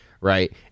right